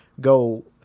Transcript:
go